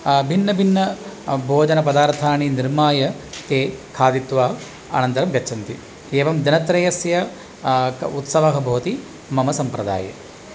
भिन्नभिन्न भोजनपदार्थानि निर्माय ते खादित्वा अनन्तरं गच्छन्ति एवं दिनत्रयस्य उत्सवः भवति मम सम्प्रदाये